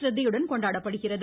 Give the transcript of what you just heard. சிரத்தையுடன் கொண்டாடப்படுகிறது